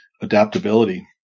adaptability